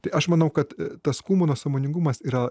tai aš manau kad tas kūno sąmoningumas yra